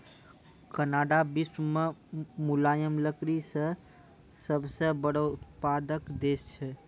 Canada विश्व मॅ मुलायम लकड़ी के सबसॅ बड़ो उत्पादक देश छै